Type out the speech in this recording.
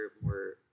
more